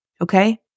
Okay